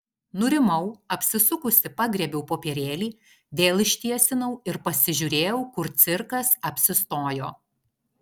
nurimau apsisukusi pagriebiau popierėlį vėl ištiesinau ir pasižiūrėjau kur cirkas apsistojo